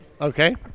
Okay